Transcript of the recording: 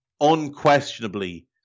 unquestionably